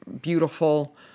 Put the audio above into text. beautiful